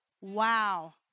Wow